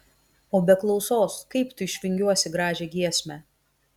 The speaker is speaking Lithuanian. o be klausos kaip tu išvingiuosi gražią giesmę